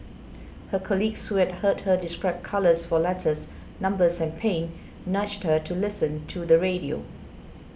her colleagues who had heard her describe colours for letters numbers and pain nudged her to listen to the radio